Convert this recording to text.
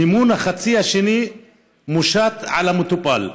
מימון החצי השני מושת על המטופל.